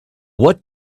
what